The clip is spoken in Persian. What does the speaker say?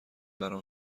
برام